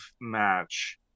match